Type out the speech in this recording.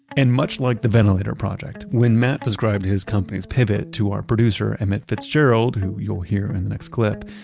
and much like the ventilator project, when matt described his company's pivot to our producer, emmet fitzgerald, who you'll hear in the next clip,